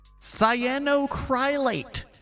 Cyanocrylate